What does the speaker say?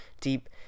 deep